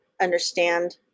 understand